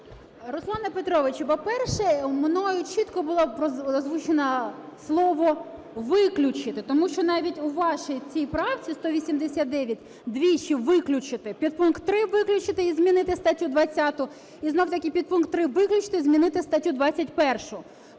Руслане Петровичу, по-перше, мною чітко було озвучено слово "виключити", тому що навіть у вашій цій правці 189 двічі "виключити": підпункт 3 виключити і змінити статтю 20 і знову-таки підпункт 3 виключити і змінити статтю 21.